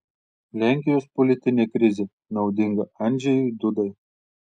lenkijos politinė krizė naudinga andžejui dudai